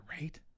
right